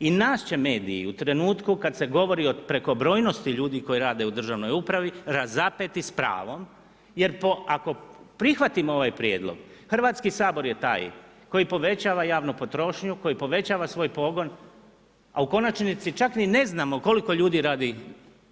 I nas će mediji u trenutku kad se govori o prekobrojnosti ljudi koji rade u državnoj upravi razapeti s pravom jer ako prihvatimo ovaj prijedlog Hrvatski sabor je taj koji povećava javnu potrošnju, koji povećava svoj pogon, a u konačnici čak ni ne znamo koliko ljudi radi